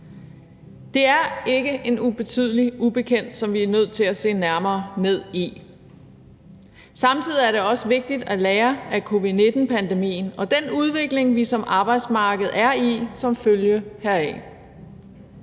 Det er ikke en ubetydelig ubekendt, som vi er nødt til at se nærmere på. Samtidig er det også vigtigt at lære af covid-19-pandemien og den udvikling, vi som arbejdsmarked er i som følge heraf.